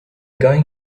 going